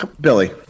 Billy